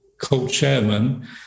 co-chairman